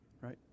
right